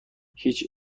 هیچ